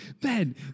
Ben